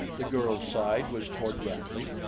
the girl's side was toward bradley,